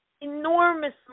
enormous